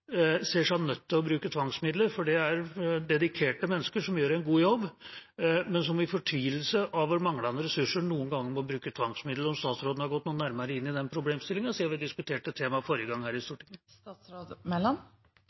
ser seg nødt til å bruke tvangsmidler. For dette er dedikerte mennesker som gjør en jobb, men som i fortvilelse over manglende ressurser noen ganger må bruke tvangsmidler. Har statsråden gått noe nærmere inn i den problemstillingen siden vi diskuterte temaet forrige gang her i